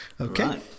Okay